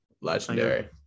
legendary